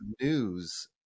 news